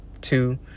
two